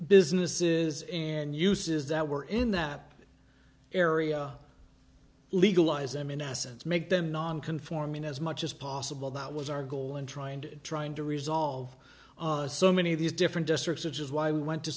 businesses and uses that were in that area legalize them in essence make them non conforming as much as possible that was our goal in trying to trying to resolve so many of these different districts which is why we went to